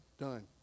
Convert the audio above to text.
done